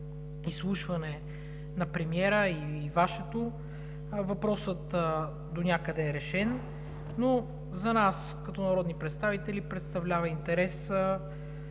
изслушване на премиера, и Вашето, въпросът донякъде е решен, но за нас като народни представители представлява интерес: